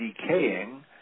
decaying